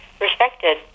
respected